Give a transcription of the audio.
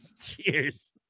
Cheers